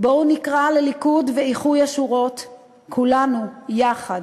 בואו נקרא לליכוד ולאיחוי השורות כולנו יחד.